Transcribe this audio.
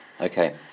Okay